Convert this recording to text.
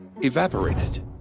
evaporated